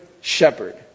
shepherd